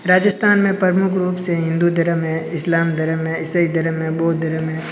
राजस्थान में प्रमुख रूप से हिंदू धर्म है इस्लाम धर्म है ईसाई धरम है बौद्ध धर्म है